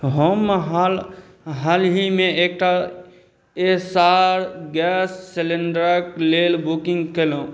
हम हाल हालहिमे एकटा एस्सार गैस सिलेण्डरके लेल बुकिन्ग कएलहुँ